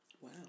Wow